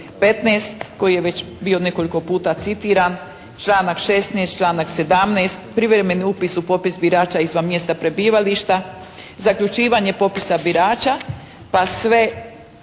15. koji je bio već nekoliko puta citiran, članak 16., članak 17. privremeni upis u popis birača izvan mjesta prebivališta, zaključivanje popisa birača pa sve